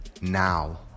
now